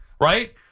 right